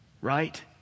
right